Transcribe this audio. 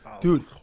dude